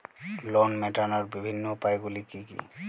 Loan মেটানোর বিভিন্ন উপায়গুলি কী কী?